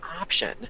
option